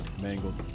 mangled